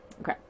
Okay